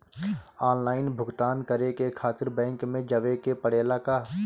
Online भुगतान करे के खातिर बैंक मे जवे के पड़ेला का?